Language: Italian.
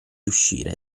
uscire